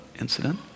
incident